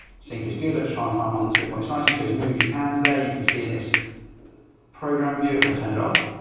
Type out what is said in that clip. sync is good. let's try and find one, that's a bit more exciting. so he's moving his hands there. you can see in this program view, if i turn it off,